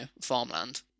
farmland